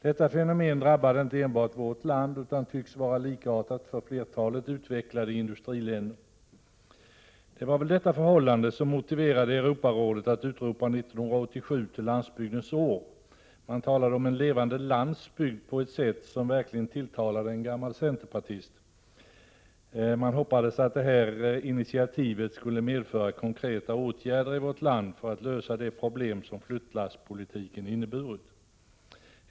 Detta fenomen drabbade inte enbart vårt land, utan tycks vara likartat för flertalet utvecklade industriländer. Det var väl detta förhållande som motiverade Europarådet att utropa 1987 till Landsbygdens år. Det talades om ”en levande landsbygd” på ett sätt som verkligen tilltalade en gammal centerpartist. Förhoppningen var att det här initiativet skulle medföra konkreta åtgärder i vårt land för att lösa de problem som flyttlasspolitiken inneburit.